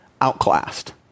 outclassed